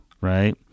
right